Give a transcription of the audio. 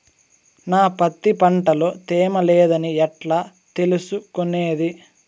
నా పత్తి పంట లో తేమ లేదని ఎట్లా తెలుసుకునేది?